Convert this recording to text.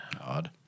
Odd